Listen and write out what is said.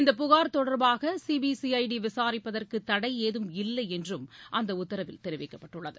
இந்த புகார் தொடர்பாக சிபிசிஐடி விசாரிப்பதற்கு தடை ஏதும் இல்லை என்றும் அந்த உத்தரவில் பிறப்பிக்கப்பட்டுள்ளது